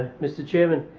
mr chairman.